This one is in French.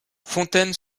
fontaine